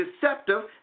deceptive